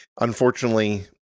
unfortunately